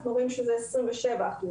אנחנו רואים שמדובר ב-27 אחוזים.